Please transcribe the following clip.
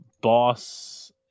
boss